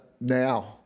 Now